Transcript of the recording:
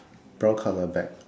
brown colour bag